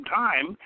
time